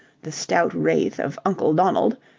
the stout wraith of uncle donald,